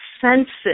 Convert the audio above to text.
senses